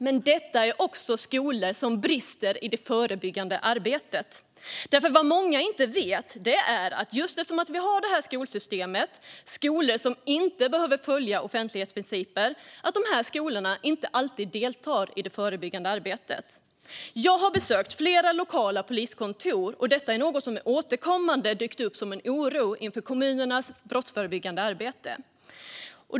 Men detta är också skolor som brister i det förebyggande arbetet. För vad många inte vet är att eftersom vi har ett skolsystem där skolor inte behöver följa offentlighetsprincipen så deltar dessa skolor inte alltid i det förebyggande arbetet. Jag har besökt flera lokala poliskontor, och detta är något som återkommande har dykt upp som en oro inför kommunernas brottsförebyggande arbete.